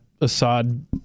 Assad